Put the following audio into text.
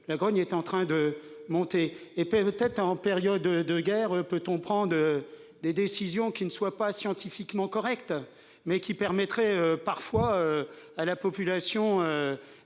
la grogne est en train de monter ! Peut-être qu'en période de guerre on pourrait prendre des décisions qui ne soient pas scientifiquement correctes, mais qui permettraient parfois de soigner la population